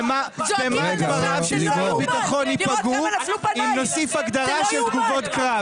במה דבריו של שר הביטחון ייפגעו אם נוסיף הגדרה של תגובות קרב?